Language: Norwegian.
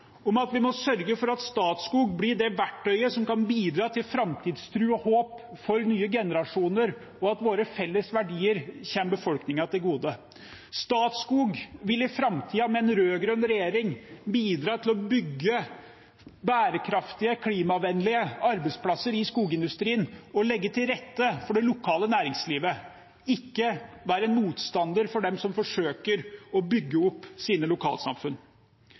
om at vi må sørge for at Statskog blir det verktøyet som kan bidra til framtidstro og håp for nye generasjoner, og at våre felles verdier kommer befolkningen til gode. Statskog vil i framtiden med en rød-grønn regjering bidra til å bygge bærekraftige, klimavennlige arbeidsplasser i skogindustrien og legge til rette for det lokale næringslivet, ikke være motstander av dem som forsøker å bygge opp sine lokalsamfunn.